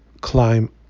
climb